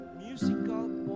musical